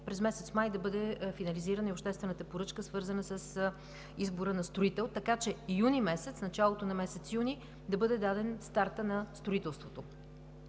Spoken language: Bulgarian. през месец май да бъде финализирана и обществената поръчка, свързана с избора на строител, така че в началото на месец юни да бъде даден стартът на строителството.